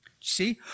See